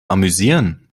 amüsieren